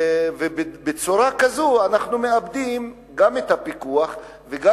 בצורה כזאת אנחנו מאבדים גם את הפיקוח וגם